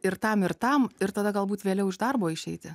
ir tam ir tam ir tada galbūt vėliau iš darbo išeiti